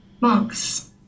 Monks